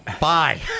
Bye